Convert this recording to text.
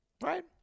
right